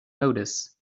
notice